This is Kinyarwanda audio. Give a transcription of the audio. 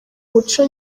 muco